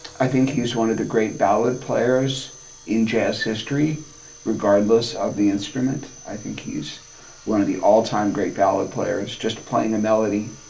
i think he's one of the great ballad players in jazz history regardless of the instrument. i think he's one of the all-time great ballad players. just playing a melody.